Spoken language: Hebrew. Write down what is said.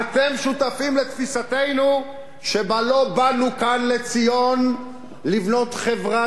אתם שותפים לתפיסתנו שלא באנו כאן לציון לבנות חברה